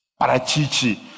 Parachichi